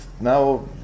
now